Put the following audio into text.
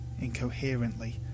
incoherently